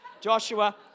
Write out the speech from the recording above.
Joshua